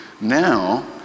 Now